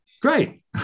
great